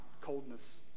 coldness